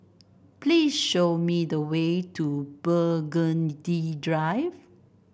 please show me the way to Burgundy Drive